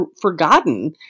forgotten